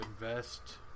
invest